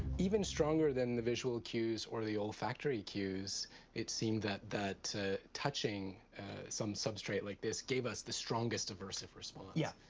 even stronger than the visual cues or the olfactory cues it seemed that that touching some substrate like this gave us the strongest aversive response. yeah.